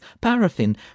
paraffin